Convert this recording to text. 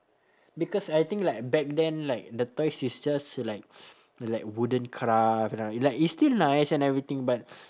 because I think like back then like the toys is just like like wooden craft you know like it's still nice and everything but